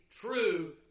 true